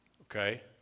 Okay